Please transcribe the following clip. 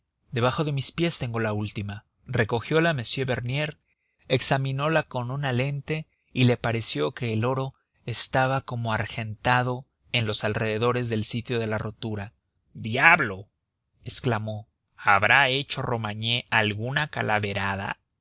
debajo de mis pies tengo la última recogiola m bernier examinola con una lente y le pareció que el oro estaba como argentado en los alrededores del sitio de la rotura diablo exclamó habrá hecho romagné alguna calaverada